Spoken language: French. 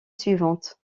suivante